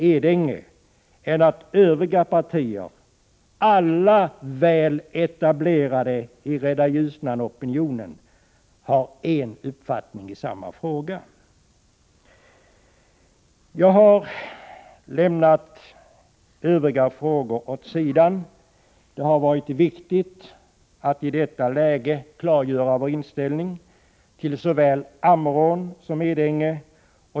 Edänge än att övriga partier, alla väl etablerade i Rädda Ljusnan-opinionen, har en uppfattning i samma fråga. Jag har lämnat övriga frågor i betänkandet åt sidan. Det har varit viktigt att i detta läge klargöra vår inställning till såväl Ammerån som Edänge.